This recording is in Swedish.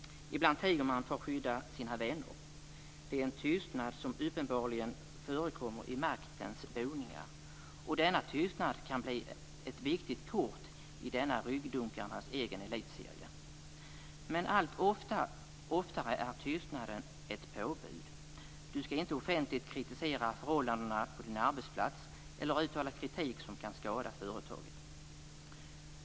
Ibland tiger man för att skydda sina vänner. Det är en tystnad som uppenbarligen förekommer i maktens boningar, och denna tystnad kan bli ett viktigt kort i denna ryggdunkarnas egen elitserie. Men allt oftare är tystnaden ett påbud: Du skall inte offentligt kritisera förhållandena på din arbetsplats eller uttala kritik som kan skada företaget.